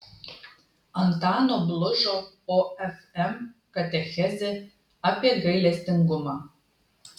antano blužo ofm katechezė apie gailestingumą